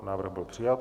Návrh byl přijat.